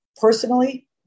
personally